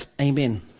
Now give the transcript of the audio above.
amen